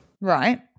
Right